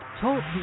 Talk